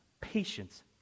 patience